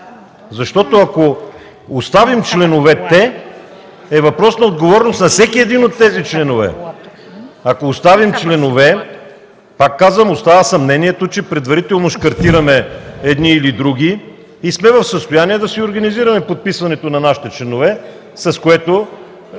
Защото ако оставим „членовете”, е въпрос на отговорност на всеки един от тези членове. Ако оставим „членове”, пак казвам, остава съмнението, че предварително шкартираме едни или други и сме в състояние да си организираме подписването на нашите членове, с което